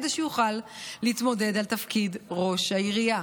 כדי שיוכל להתמודד על תפקיד ראש העירייה.